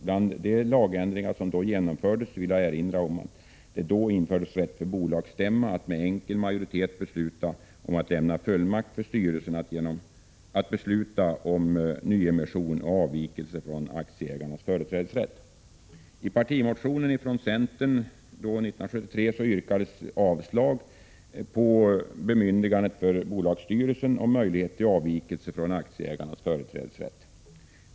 Bland de lagändringar som då genomfördes vill jag erinra om rätten för bolagsstämma att med enkel majoritet besluta om att lämna fullmakt för styrelsen att besluta om nyemission och avvikelse från aktieägarnas företrädesrätt. I centerns partimotion 1973 yrkades avslag på förslaget om bemyndigande för bolagsstyrelsen och möjligheten till avvikelse från aktieägarnas företräde.